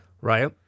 Right